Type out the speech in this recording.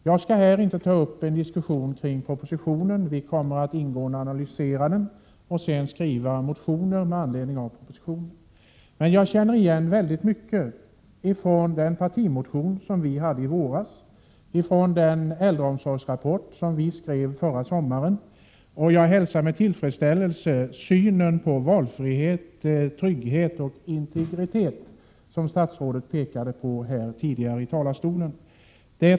Jag skall här inte ta upp en diskussion om propositionen — vi kommer att ingående analysera den och sedan skriva motioner med anledning av propositionen — men jag vill säga att jag känner igen väldigt mycket från den partimotion som vi väckte i våras och från den äldreomsorgsrapport som vi skrev förra sommaren. Jag hälsar med tillfredsställelse synen på valfrihet, trygghet och integritet som statsrådet pekade på här från talarstolen.